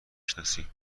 شناسی